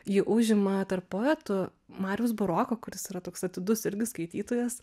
ji užima tarp poetų mariaus buroko kuris yra toks atidus irgi skaitytojas